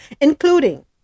including